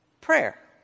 prayer